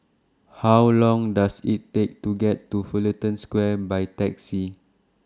How Long Does IT Take to get to Fullerton Square By Taxi